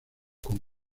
con